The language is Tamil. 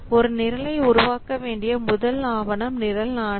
ஒரு நிரலை உருவாக்க வேண்டிய முதல் ஆவணம் நிரல் ஆணை